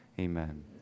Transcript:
amen